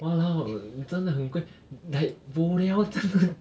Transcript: !walao! 真的很贵 like bo liao 真的